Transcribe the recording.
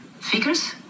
Figures